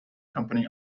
company